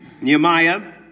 Nehemiah